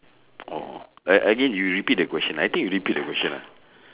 oh a~ again you repeat the question I think you repeat the question